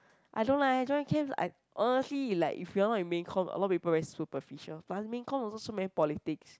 I don't like I join camps I honestly like if you're not in the main comm a lot of people very superficial but in main common also so many politics